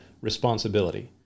responsibility